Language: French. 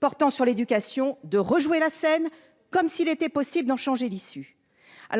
portant sur l'éducation de rejouer la scène comme s'il était possible d'en changer l'issue.